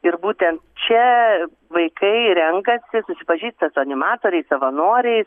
ir būtent čia vaikai renkasi susipažįsta su animatoriais savanoriais